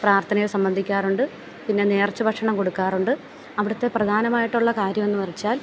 പ്രാർത്ഥനയിൽ സംബന്ധിക്കാറുണ്ട് പിന്നെ നേർച്ച ഭക്ഷണം കൊടുക്കാറുണ്ട് അവിടത്തെ പ്രധാനമായിട്ടുള്ള കാര്യം എന്നു വെച്ചാൽ